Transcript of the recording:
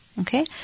Okay